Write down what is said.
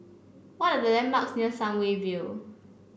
what are the landmarks near Sunview View